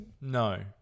No